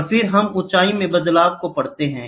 और फिर हम ऊंचाई में बदलाव को पढ़ते हैं